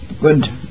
good